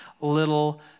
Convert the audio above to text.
little